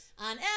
On